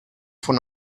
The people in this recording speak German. von